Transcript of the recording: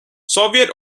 soviet